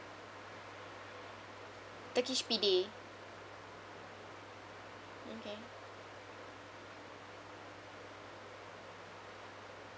turkish pide okay